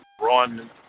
run